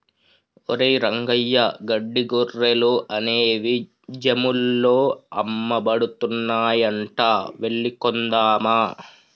ఒరేయ్ రంగయ్య గడ్డి గొర్రెలు అనేవి జమ్ముల్లో అమ్మబడుతున్నాయంట వెళ్లి కొందామా